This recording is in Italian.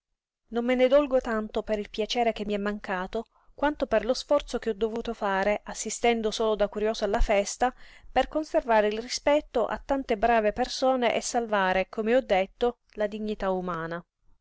non me ne dolgo tanto per il piacere che mi è mancato quanto per lo sforzo che ho dovuto fare assistendo solo da curioso alla festa per conservare il rispetto a tante brave persone e salvare come ho detto la dignità umana